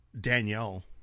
Danielle